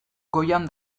goian